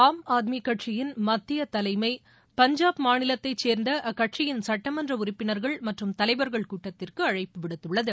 ஆம் ஆத்மி கட்சியின் மத்திய தலைமை பஞ்சாப் மாநிலத்தைச் சேர்ந்த அக்கட்சியின் சட்டமன்ற உறுப்பினர்கள் மற்றும் தலைவர்கள் கூட்டத்திற்கு அழைப்பு விடுத்துள்ளது